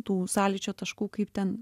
tų sąlyčio taškų kaip ten